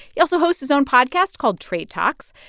he also hosts his own podcast called trade talks.